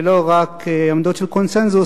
ולא רק עמדות של קונסנזוס,